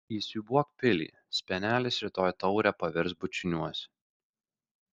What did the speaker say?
įsiūbuok pilį spenelis rytoj taure pavirs bučiniuose